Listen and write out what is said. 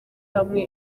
hamwe